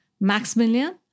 Maximilian